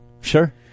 Sure